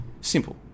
simple